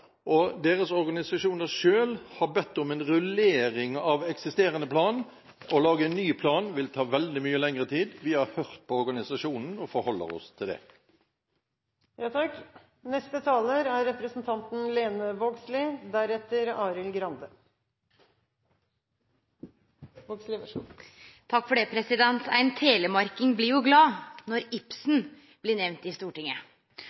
og deres organisasjon har selv bedt om en rullering av eksisterende plan. Å lage en ny plan vil ta veldig mye lengre tid. Vi har hørt på organisasjonen og forholder oss til det. Ein telemarking blir jo glad når Ibsen blir nemnd i Stortinget – og Ibsens Nora, ho var ei sterk kvinne! Ibsens Nora våga å gå ifrå mannen sin i